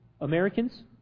Americans